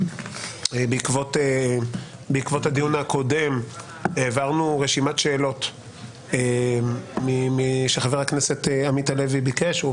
בעקבות הדיון הקודם העברנו רשימת שאלות שחבר הכנסת עמית הלוי ביקש.